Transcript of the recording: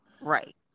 Right